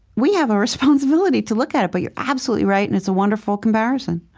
we have a responsibility to look at it. but you're absolutely right and it's a wonderful comparison